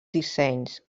dissenys